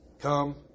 come